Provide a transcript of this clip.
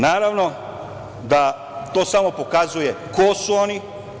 Naravno da to samo pokazuje ko su oni.